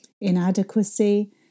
inadequacy